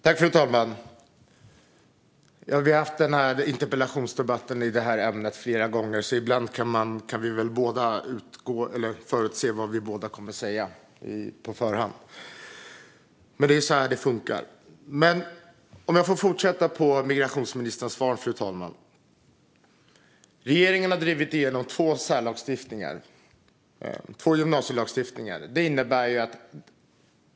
Fru talman! Vi har haft interpellationsdebatt i det här ämnet flera gånger, så ibland kan vi väl båda förutse vad den andra kommer att säga. Det är så det funkar. Om jag får fortsätta på migrationsministerns svar, fru talman, så har regeringen drivit igenom två särlagstiftningar i form av två gymnasielagstiftningar.